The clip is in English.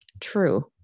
True